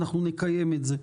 אנחנו נקיים את זה.